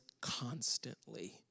constantly